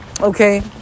Okay